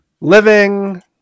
living